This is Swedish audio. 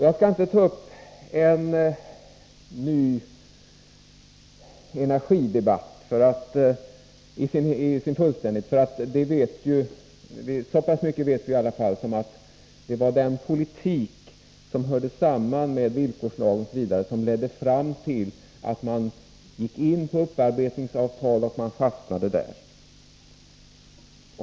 Jag skall inte ta upp en ny stor energidebatt. Så mycket vet vi i alla fall att det var den politik som hörde samman med villkorslagen som ledde fram till att vi fick upparbetningsavtal och fastnade där.